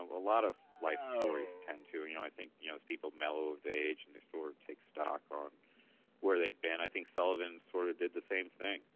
a lot of life stories tend to, and and i think those people mellow of the age and this tour takes stock on where they've been. i think sullivan sort of did the same thing.